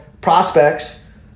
prospects